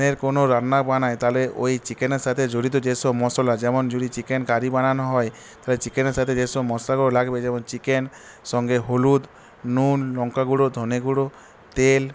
এর কোনো রান্না বানাই তাহলে ওই চিকেনের সাথে জড়িত যেসব মশলা যেমন যদি চিকেন কারি বানানো হয় তবে চিকেনের সাথে যেসব মশলাগুলো লাগবে যেমন চিকেনের সঙ্গে হলুদ নুন লঙ্কা গুঁড়ো ধনে গুঁড়ো তেল